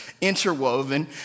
interwoven